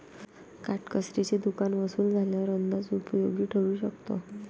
काटकसरीचे दुकान वसूल झाल्यावर अंदाज उपयोगी ठरू शकतो